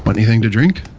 but anything to drink?